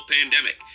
pandemic